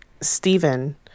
Stephen